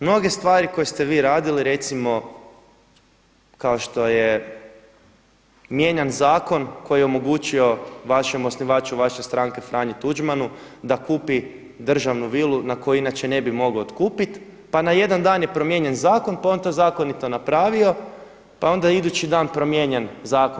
Mnoge stvari koje ste vi radili recimo kao što je mijenjan zakon koji je omogućio vašem osnivaču vaše stranke Franji Tuđmanu da kupi državnu vilu koju inače ne bi mogao otkupiti, pa na jedan dan je promijenjen zakon, pa on to zakonito napravio, pa je onda idući dan promijenjen zakon.